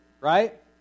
right